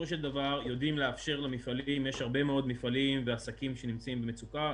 יש הרבה מאוד מפעלים ועסקים שנמצאים במצוקה,